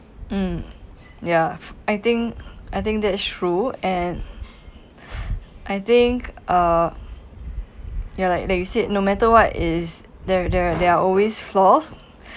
mm ya I think I think that's true and I think uh ya like like you said no matter what is there are there are there are always flaws